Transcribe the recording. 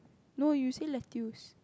no you say lettuce